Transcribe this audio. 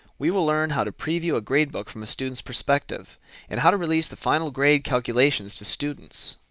we will learn how to preview a gradebook from a student's perspective and how to release the final grade calculations to students.